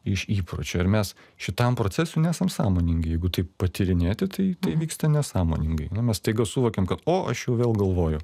iš įpročio ir mes šitam procesui nesam sąmoningi jeigu taip patyrinėti tai tai vyksta nesąmoningai nu mes staiga suvokiam kad o aš jau vėl galvoju